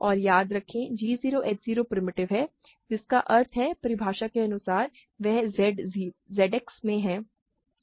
और याद रखें g 0 h 0 प्रिमिटिव हैं जिसका अर्थ है परिभाषा के अनुसार वे Z X में हैं